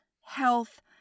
health